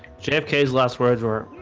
jfk's last words were